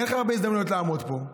אין לך הרבה הזדמנויות לעמוד פה,